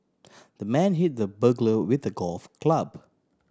the man hit the burglar with a golf club